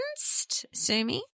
Sumi